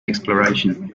exploration